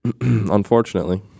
Unfortunately